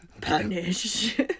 Punish